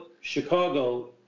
Chicago